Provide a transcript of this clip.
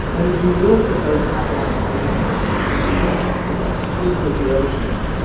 and if you look at those satellite measurements across the sweep of the oceans,